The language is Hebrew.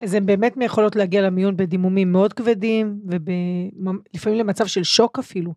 אז הן באמת יכולות להגיע למיון בדימומים מאוד כבדים, ולפעמים למצב של שוק אפילו.